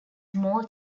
small